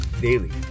daily